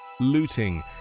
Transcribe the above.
looting